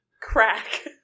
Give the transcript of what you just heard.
crack